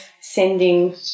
sending